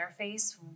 interface